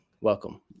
Welcome